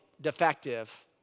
defective